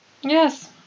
yes